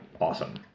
awesome